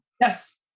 Yes